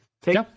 Take